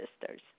sister's